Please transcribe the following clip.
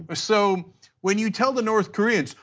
ah so when you tell the north koreans,